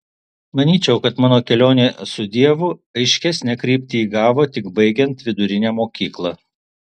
manyčiau kad mano kelionė su dievu aiškesnę kryptį įgavo tik baigiant vidurinę mokyklą